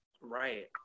Right